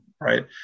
right